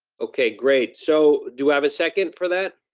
okay, great, so do i have a second for that?